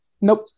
Nope